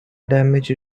damage